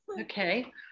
Okay